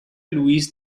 louis